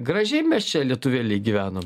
gražiai mes čia lietuvėlej gyvenam